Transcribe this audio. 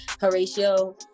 Horatio